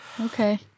Okay